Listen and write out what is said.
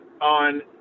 on